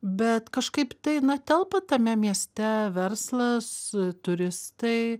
bet kažkaip tai na telpa tame mieste verslas turistai